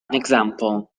example